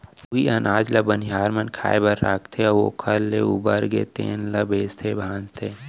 उहीं अनाज ल बनिहार मन खाए बर राखथे अउ ओखर ले उबरगे तेन ल बेचथे भांजथे